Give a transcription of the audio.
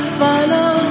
follow